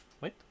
Wait